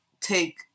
take